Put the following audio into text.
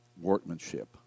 workmanship